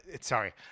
Sorry